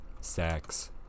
sex